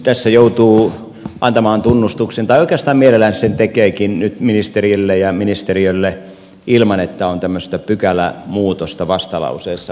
tässä joutuu antamaan tunnustuksen tai oikeastaan mielellään sen tekeekin nyt ministerille ja ministeriölle ilman että on tämmöistä pykälämuutosta vastalauseessa ollenkaan